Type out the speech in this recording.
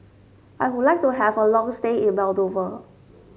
I would like to have a long stay in Moldova